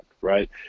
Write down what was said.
right